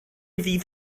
ddydd